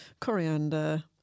coriander